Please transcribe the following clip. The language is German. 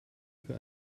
für